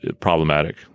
problematic